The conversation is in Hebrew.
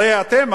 הרי אתם,